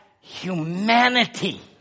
humanity